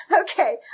Okay